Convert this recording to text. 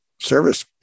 service